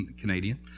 Canadian